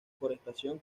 forestación